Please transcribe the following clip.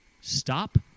Stop